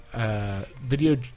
Video